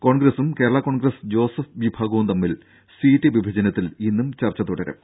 കോൺഗ്രസും കേരള കോൺഗ്രസ് ജോസഫ് വിഭാഗവും തമ്മിൽ സീറ്റ് വിഭജനത്തിൽ ഇന്നും ചർച്ച തുടരും